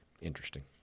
interesting